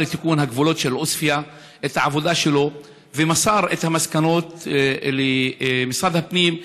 לתיקון הגבולות של עוספיא ומסר את המסקנות למשרד הפנים,